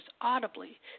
audibly